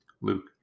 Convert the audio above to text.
Luke